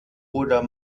oder